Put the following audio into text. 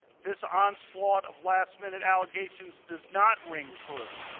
this onslaught of last-minute allegations does not ring true.